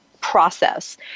process